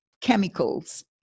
chemicals